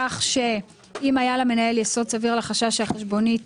כך שאם היה למנהל יסוד סביר לחשש שהחשבונית